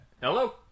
Hello